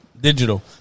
Digital